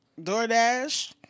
DoorDash